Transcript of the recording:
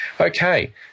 Okay